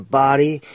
body